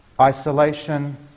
isolation